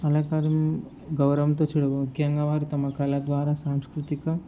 కళాకారులు గౌరవంతో చూడాలి ముఖ్యంగా వారు తమ కళా ద్వారా సాంస్కృతిక